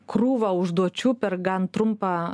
krūvą užduočių per gan trumpą